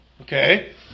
Okay